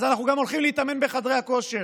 אז אנחנו הולכים גם להתאמן בחדרי הכושר.